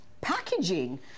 packaging